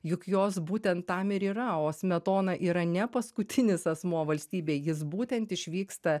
juk jos būtent tam ir yra o smetona yra ne paskutinis asmuo valstybėj jis būtent išvyksta